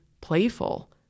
playful